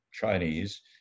Chinese